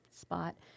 spot